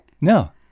No